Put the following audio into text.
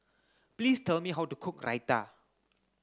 please tell me how to cook Raita